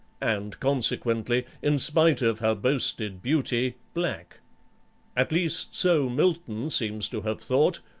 and consequently, in spite of her boasted beauty, black at least so milton seems to have thought,